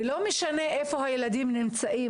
ולא משנה איפה הילדים נמצאים,